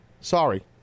Sorry